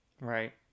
Right